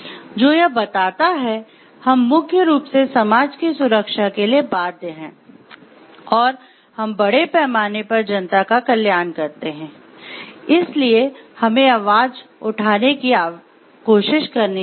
जो यह बताता है हम मुख्य रूप से समाज की सुरक्षा के लिए बाध्य हैं और हम बड़े पैमाने पर जनता का कल्याण करते हैं इसलिए हमें आवाज़ उठाने की कोशिश करनी चाहिए